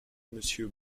monsieur